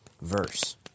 verse